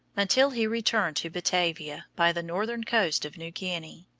until he returned to batavia by the northern coast of new guinea.